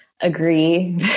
agree